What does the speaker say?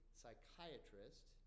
psychiatrist